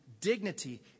dignity